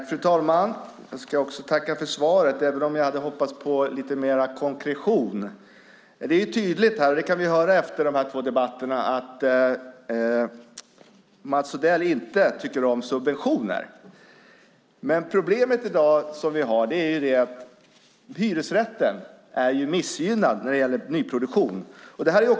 Fru talman! Jag börjar med att tacka för svaret även om jag hade hoppats på lite mer konkretion. Efter de tidigare debatterna är det tydligt att Mats Odell inte tycker om subventioner. Problemet i dag är att hyresrätten är missgynnad när det gäller nyproduktion.